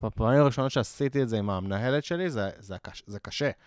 בפעמים הראשונות שעשיתי את זה עם המנהלת שלי זה קשה.